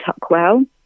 Tuckwell